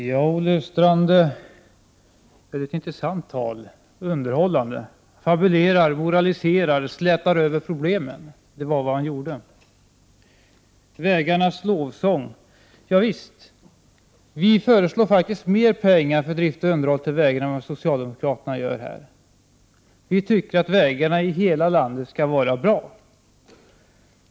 Fru talman! Olle Östrand höll ett intressant och underhållande anförande. Han fabulerade, moraliserade och slätade över problemen. Vägarnas lovsång, javisst. Vi föreslår faktiskt mer pengar än socialdemokraterna till drift och underhåll av vägarna. Vi i miljöpartiet tycker att vägarna i hela landet skall vara bra.